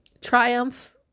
triumph